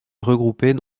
regroupées